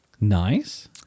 Nice